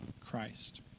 Christ